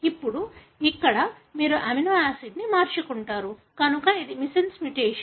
ఇప్పుడు ఇక్కడ మీరు అమినోఆసిడ్ ను మార్చుకుంటారు కనుక ఇది మిస్సెన్స్ మ్యుటేషన్